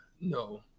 no